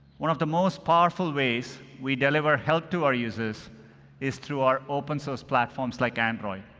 one of the most powerful ways we deliver help to our users is through our open source platforms like android.